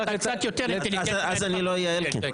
אתה קצת יותר אינטליגנטי --- אז אני לא אהיה "אלקין".